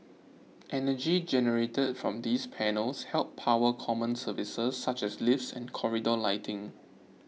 energy generated from these panels helps power common services such as lifts and corridor lighting